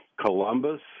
Columbus